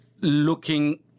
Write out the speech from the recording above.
looking